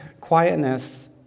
quietness